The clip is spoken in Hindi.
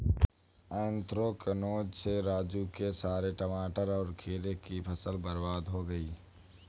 एन्थ्रेक्नोज से राजू के सारे टमाटर और खीरे की फसल बर्बाद हो गई